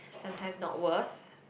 sometimes not worth